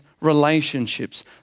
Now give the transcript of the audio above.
relationships